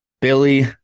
billy